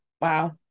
Wow